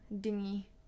dingy